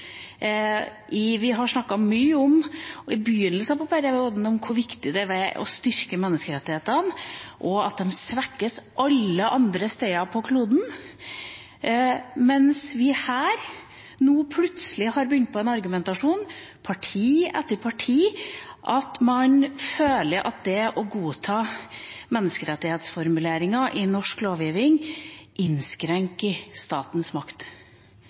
om. Vi har i begynnelsen av perioden snakket mye om hvor viktig det er å styrke menneskerettighetene, og at de svekkes alle andre steder på kloden, mens vi her nå plutselig, parti etter parti, har begynt på en argumentasjon om at man føler at det å godta menneskerettighetsformuleringer i norsk lovgivning innskrenker statens makt.